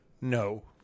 No